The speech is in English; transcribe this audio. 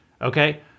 okay